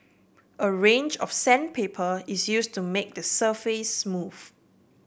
a range of sandpaper is use to make the surface smooth